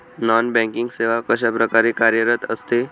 Non banking सेवा कशाप्रकारे कार्यरत असते?